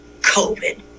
covid